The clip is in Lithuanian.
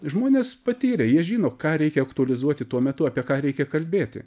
žmonės patyrė jie žino ką reikia aktualizuoti tuo metu apie ką reikia kalbėti